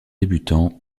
débutants